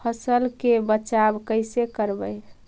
फसल के बचाब कैसे करबय?